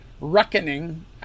reckoning